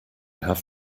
have